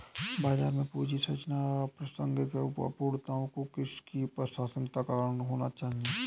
बाजार में पूंजी संरचना अप्रासंगिक है, अपूर्णताओं को इसकी प्रासंगिकता का कारण होना चाहिए